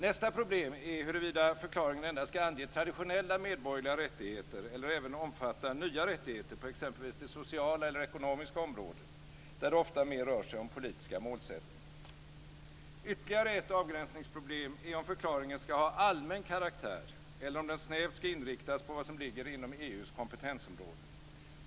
Nästa problem är huruvida förklaringen endast ska ange traditionella medborgerliga rättigheter eller även omfatta nya rättigheter på exempelvis det ekonomiska eller sociala området, där det ofta mer rör sig om politiska målsättningar. Ytterligare ett avgränsningsproblem är om förklaringen ska ha allmän karaktär eller om den snävt ska inriktas på vad som ligger inom EU:s kompetensområde.